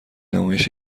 نمایش